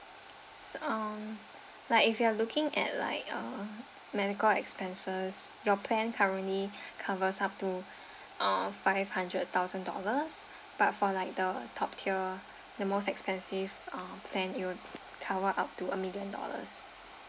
so uh like if you are looking at like uh medical expenses your plan currently covers up to uh five hundred thousand dollars but for like the top tier the most expensive uh plan it would cover up to a million dollars